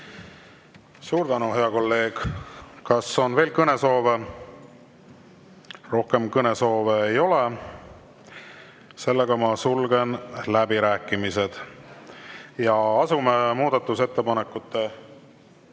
Suur tänu, hea kolleeg! Kas on veel kõnesoove? Rohkem kõnesoove ei ole. Sulgen läbirääkimised ja asume muudatusettepanekute